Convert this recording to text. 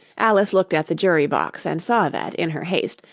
alice looked at the jury-box, and saw that, in her haste,